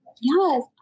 Yes